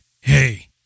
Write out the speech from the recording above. Hey